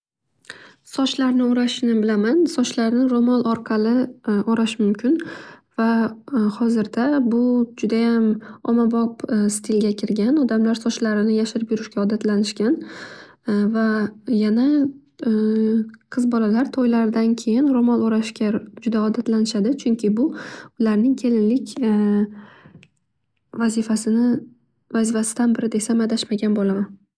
Sochlarni o'rashni bilaman. Sochlarni ro'mol orqali o'rash mumkin va hozirda bu judayam ommabop stilga kirgan, odamlar sochlarini yashirib yurishga odatlanishgan. Va yana qiz bolalar to'ylaridan keyin ro'mol o'rashga juda odatlanishadi. Chunki bu ularning kelinlik vazifasindan biri desam adashmagan bo'laman.